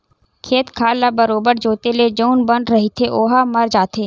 खेत खार ल बरोबर जोंते ले जउन बन रहिथे ओहा मर जाथे